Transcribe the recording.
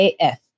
AF